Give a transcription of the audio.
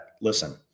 listen